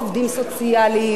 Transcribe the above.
עובדים סוציאליים,